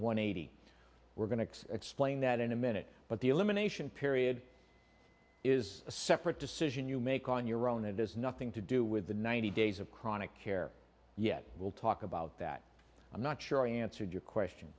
one eighty we're going to explain that in a minute but the elimination period is a separate decision you make on your own and there's nothing to do with the ninety days of chronic care yet we'll talk about that i'm not sure i answered your question